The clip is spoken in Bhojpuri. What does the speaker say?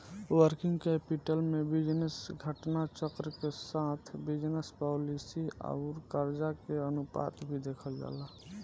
वर्किंग कैपिटल में बिजनेस घटना चक्र के साथ बिजनस पॉलिसी आउर करजा के अनुपात भी देखल जाला